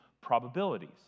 probabilities